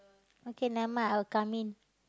okay never mind I will come in